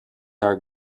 are